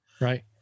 Right